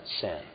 sin